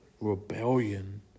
rebellion